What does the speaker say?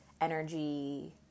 energy